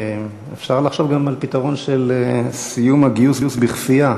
אפשר לחשוב גם על פתרון של סיום הגיוס בכפייה,